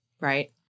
right